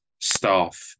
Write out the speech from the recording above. staff